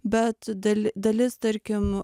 bet dali dalis tarkim